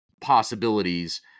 possibilities